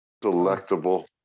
delectable